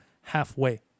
halfway